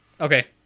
Okay